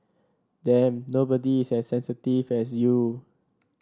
damn nobody is as sensitive as you